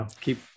keep